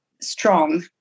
strong